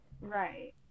Right